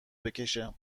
بکشه